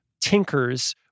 tinkers